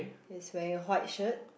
is wearing a white shirt